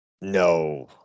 No